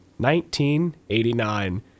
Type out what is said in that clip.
1989